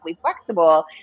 flexible